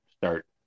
start